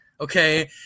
okay